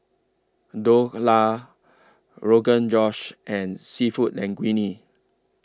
Dhokla Rogan Josh and Seafood Linguine